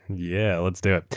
yeah, let's do it.